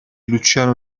luciano